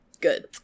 good